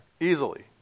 easily